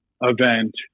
event